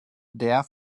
der